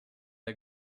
der